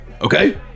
Okay